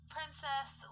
Princess